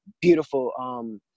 beautiful